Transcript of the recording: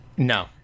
No